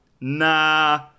nah